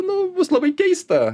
nu bus labai keista